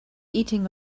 eating